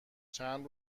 چند